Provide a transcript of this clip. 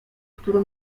który